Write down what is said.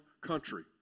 country